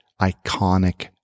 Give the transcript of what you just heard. iconic